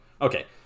okay